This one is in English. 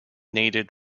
needed